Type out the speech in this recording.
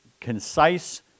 concise